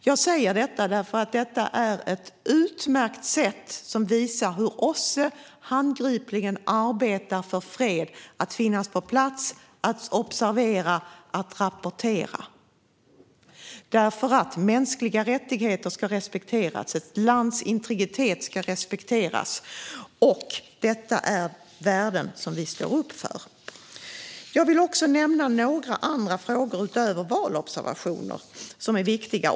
Jag säger detta därför att det är ett utmärkt sätt som visar hur OSSE handgripligen arbetar för fred genom att finnas på plats, observera och rapportera. Mänskliga rättigheter och ett lands integritet ska respekteras. Detta är värden som vi står upp för. Jag vill också nämna några andra frågor utöver valobservationer som är viktiga.